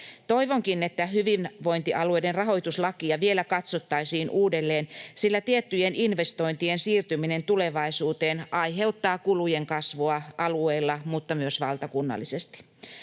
Toivonkin, että hyvinvointialueiden rahoituslakia vielä katsottaisiin uudelleen, sillä tiettyjen investointien siirtyminen tulevaisuuteen aiheuttaa kulujen kasvua alueilla mutta myös valtakunnallisesti.